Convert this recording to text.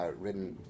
written